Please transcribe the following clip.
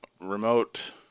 Remote